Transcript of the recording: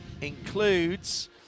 includes